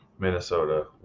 Minnesota